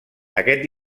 aquest